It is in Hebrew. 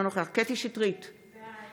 אינו נוכח קטי קטרין שטרית,